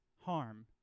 harm